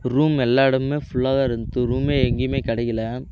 room எல்லா எடமுமே ஃபுல்லாதான் இருந்தது ரூமே எங்கேயுமே கிடைக்கல